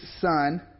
son